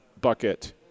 bucket